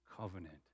covenant